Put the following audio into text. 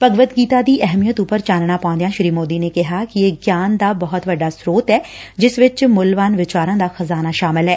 ਭਗਵਦ ਗੀਤਾ ਦੀ ਅਹਿਮੀਅਤ ਉਪਰ ਚਾਨਣਾ ਪਾਉਦਿਆ ਸ੍ਰੀ ਮੋਦੀ ਨੇ ਕਿਹਾ ਕਿ ਇਹ ਗਿਆਨ ਦਾ ਬਹੁਤ ਵੱਡਾ ਸਰੋਤ ਐ ਜਿਸ ਚ ਮੁੱਲਵਾਨ ਵਿਚਾਰਾ ਦਾ ਖਜ਼ਾਨਾ ਸ਼ਾਮਲ ਐ